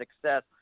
success